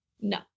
No